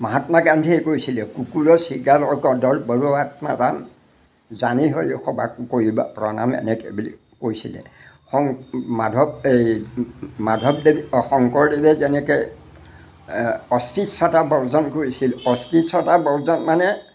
মহাত্মা গান্ধীয়ে কৈছিলে কুকুৰৰ শৃগালৰ কদৰ্প আত্মাদান জানি হৈ সবাকো কৰিব প্ৰণাম এনেকৈ বুলি কৈছিলে শং মাধৱ এই মাধৱদেৱ শংকৰদেৱে যেনেকৈ অস্পৃশ্যতা বৰ্জন কৰিছিল অস্পৃশ্য়তা বৰ্জন মানে